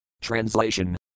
Translation